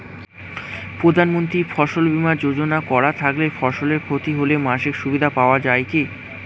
প্রধানমন্ত্রী ফসল বীমা যোজনা করা থাকলে ফসলের ক্ষতি হলে মাসিক সুবিধা পাওয়া য়ায় কি?